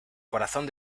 corazón